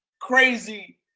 crazy